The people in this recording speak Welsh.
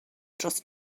dros